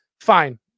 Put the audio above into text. Fine